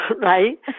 right